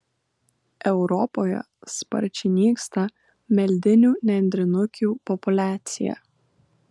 europoje sparčiai nyksta meldinių nendrinukių populiacija